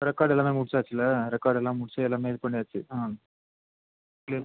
record எல்லாமே முடிச்சாச்சில்லை record எல்லாம் முடித்து எல்லாமே இது பண்ணியாச்சு ம் க்ளியர்